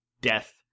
Death